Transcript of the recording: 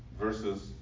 versus